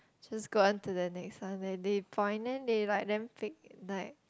just go on to the next one when they point then they like damn pek~ like